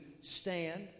stand